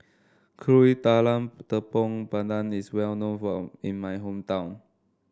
Kuih Talam Tepong Pandan is well known phone in my hometown